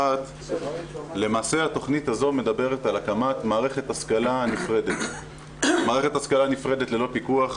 אחת למעשה התכנית הזאת מדברת על הקמת מערכת השכלה נפרדת ללא פיקוח,